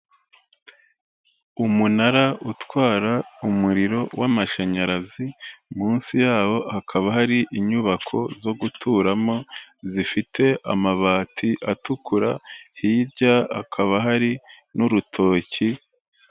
Umunara utwara umuriro w'amashanyarazi, munsi yawo hakaba hari inyubako zo guturamo zifite amabati atukura hirya akaba hari n'urutoki.